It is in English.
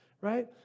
right